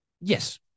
Yes